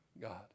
God